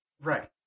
Right